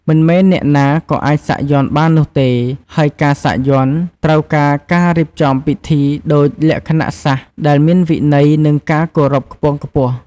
មិនមែនអ្នកណាក៏អាចសាក់យ័ន្តបាននោះទេ ហើយការសាក់យ័ន្តត្រូវការការរៀបចំពិធីដូចលក្ខណៈសាស្ត្រដែលមានវិន័យ និងការគោរពខ្ពង់ខ្ពស់។